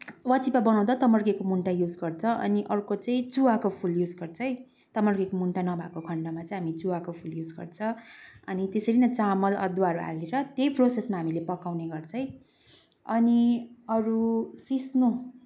वाचिप्पा बनाउँदा तमर्केको मुन्टा युज गर्छन् अनि अर्को चाहिँ चुवाको फुल युज गर्छन् है तमर्केको मुन्टा नभएको खन्डमा चाहिँ हामी चुवाको फुल युज गर्छौँ अनि त्यसरी नै चामल अदुवाहरू हालेर त्यही प्रोसेसमा हामीले पकाउने गर्छौं है अनि अरू सिस्नो